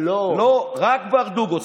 לא, רק ברדוגו.